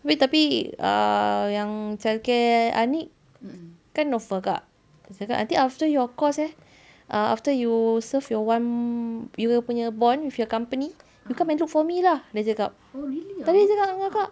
tapi tapi ah yang childcare aniq kan offer kakak dia cakap nanti after your course eh ah after you serve your one mo~ year punya bond with your company you come and look for me lah dia cakap tadi dia cakap dengan kakak